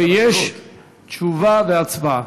ויש תשובה והצבעה.